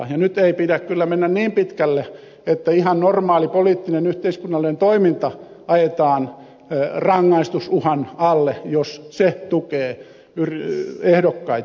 ja nyt ei pidä kyllä mennä niin pitkälle että ihan normaali poliittinen yhteiskunnallinen toiminta ajetaan rangaistusuhan alle jos järjestö tukee ehdokkaita